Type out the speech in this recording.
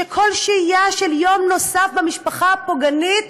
שכל שהייה של יום נוסף במשפחה הפוגענית